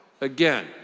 Again